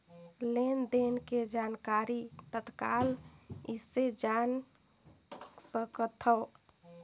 लेन देन के जानकारी तत्काल कइसे जान सकथव?